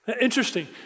Interesting